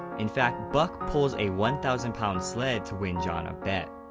in fact, buck pulls a one thousand pound sled to win john a bet.